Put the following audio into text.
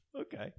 Okay